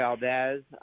Valdez